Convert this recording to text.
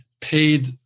paid